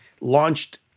launched